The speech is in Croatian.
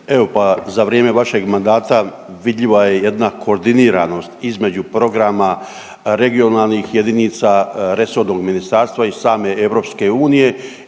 evo pa za vrijeme vašeg mandata vidljiva je jedna koordiniranost između programa regionalnih jedinica, resornog ministarstva i same EU i